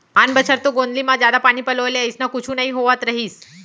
आन बछर तो गोंदली म जादा पानी पलोय ले अइसना कुछु नइ होवत रहिस